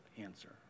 answer